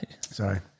Sorry